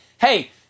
hey